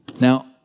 Now